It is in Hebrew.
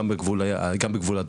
שתהיה גם בגבול הדרומי?